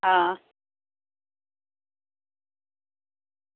हां